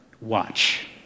watch